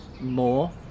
more